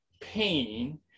pain